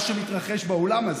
מה שמתרחש באולם הזה.